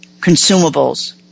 consumables